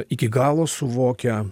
iki galo suvokę